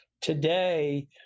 Today